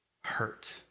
hurt